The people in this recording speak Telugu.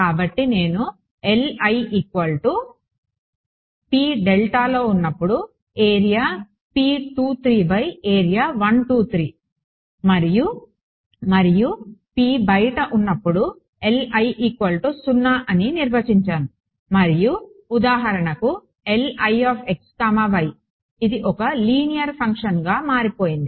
కాబట్టి నేను అని నిర్వచించాను మరియు ఉదాహరణకు ఇది ఒక లీనియర్ ఫంక్షన్గా మారిపోయింది